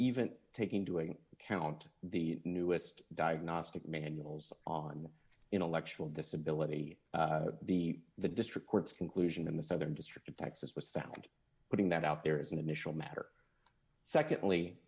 even taking doing count the newest diagnostic manuals on intellectual disability the the district court's conclusion in the southern district of texas was sound putting that out there is an additional matter secondly